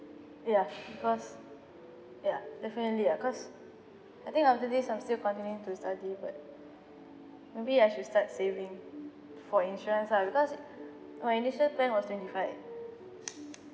ya cause ya definitely ah cause I think after this I'm still continuing to study but maybe I should start saving for insurance lah because my initial plan was twenty five